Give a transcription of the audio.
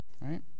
right